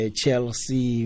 chelsea